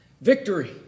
victory